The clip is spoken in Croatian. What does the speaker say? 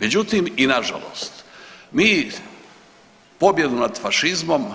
Međutim i nažalost mi pobjedu nad fašizmom